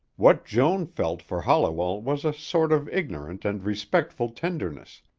what joan felt for holliwell was a sort of ignorant and respectful tenderness,